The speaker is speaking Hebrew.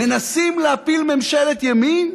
מנסים להפיל ממשלת ימין?